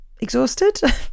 exhausted